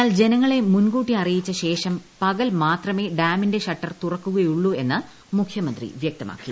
എന്നാൽ ജനങ്ങളെ മുൻകൂട്ടി അറിയിച്ചശേഷം പകൽമാത്രമേ ഡാമിന്റെ ഷട്ടർ തുറക്കുകയുള്ളൂ എന്ന് മുഖ്യമന്ത്രി വ്യക്തമാക്കി